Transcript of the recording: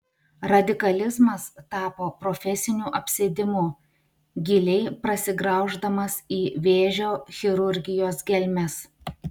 radikalizmas tapo profesiniu apsėdimu giliai prasigrauždamas į vėžio chirurgijos gelmes